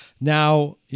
now